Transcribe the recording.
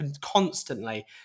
constantly